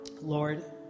Lord